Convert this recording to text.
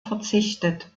verzichtet